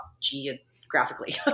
geographically